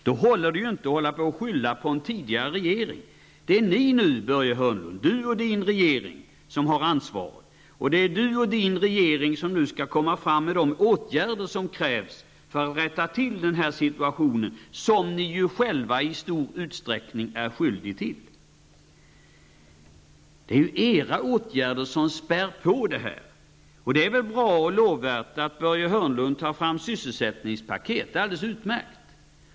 Då håller det inte att skylla på en tidigare regering. Det är ni -- Börje Hörnlund och regeringen -- som har ansvaret nu. Det är nisom nu skall föreslå och vidta de åtgärder som krävs för att rätta till den situation som uppstått och som ni själva i stor utsträckning är skyldiga till; era åtgärder späder på det här. Det är väl bra och lovvärt att Börje Hörnlund tar fram sysselsättningspaket -- det är utmärkt.